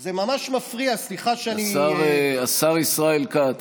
זה ממש מפריע, סליחה שאני, השר ישראל כץ,